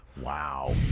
Wow